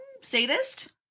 sadist